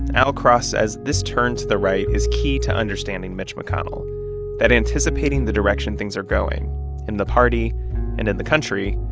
al cross says this turn to the right is key to understanding mitch mcconnell that anticipating the direction things are going in the party and in the country,